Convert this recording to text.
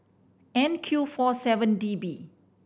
N Q four seven D B